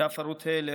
יפה רות-הלר,